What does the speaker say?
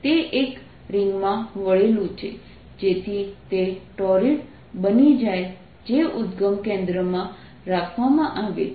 તે એક રિંગમાં વળેલું છે જેથી તે ટૉરિડ બની જાય જે ઉદ્દગમ કેન્દ્રમાં રાખવામાં આવે છે